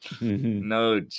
No